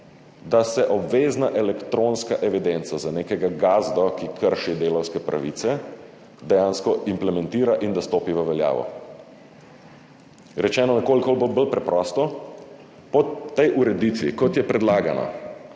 da se obvezna elektronska evidenca za nekega gazdo, ki krši delavske pravice, dejansko implementira in da stopi v veljavo. Rečeno nekoliko bolj preprosto, po tej ureditvi, kot je predlagana,